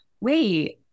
wait